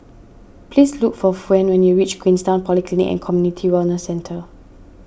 please look for Fawn when you reach Queenstown Polyclinic and Community Wellness Centre